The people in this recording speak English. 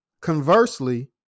Conversely